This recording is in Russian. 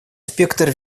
спектр